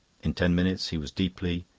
in ten minutes he was deeply,